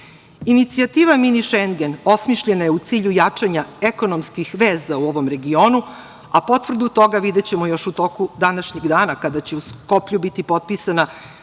navela. Inicijativa mini Šengen osmišljena je u cilju jačanja ekonomskih veza u ovom regionu, a potvrdu toga videćemo još u toku današnjeg dana, kada će u Skoplju biti potpisana